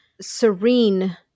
serene